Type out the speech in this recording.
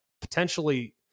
potentially